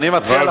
ואז,